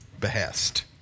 behest